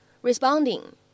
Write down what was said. Responding